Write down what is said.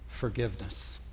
forgiveness